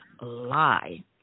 lie